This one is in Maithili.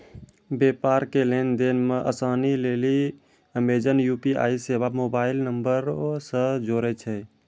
व्यापारो के लेन देन मे असानी लेली अमेजन यू.पी.आई सेबा मोबाइल नंबरो से जोड़ै छै